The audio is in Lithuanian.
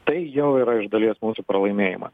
tai jau yra iš dalies mūsų pralaimėjimas